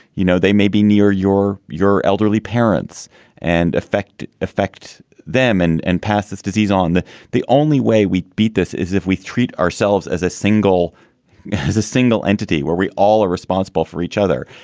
you know, they may be near your your elderly parents and affect affect them and and pass this disease on. the the only way we beat this is if we treat ourselves as a single as a single entity where we all are responsible for each other.